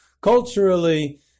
culturally